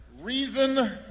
reason